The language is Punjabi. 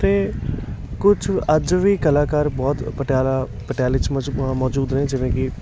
ਅਤੇ ਕੁਛ ਅੱਜ ਵੀ ਕਲਾਕਾਰ ਬਹੁਤ ਪਟਿਆਲਾ ਪਟਿਆਲੇ 'ਚ ਮਜ ਮੌਜੂਦ ਨੇ ਜਿਵੇਂ ਕਿ